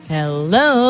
Hello